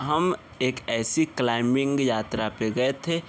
हम एक ऐसी क्लाइंबिंग यात्रा पर गए थे